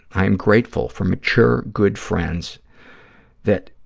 i am grateful for mature, good friends that